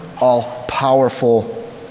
all-powerful